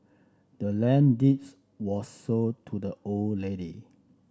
the land deeds was sold to the old lady